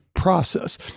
process